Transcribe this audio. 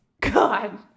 god